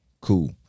Cool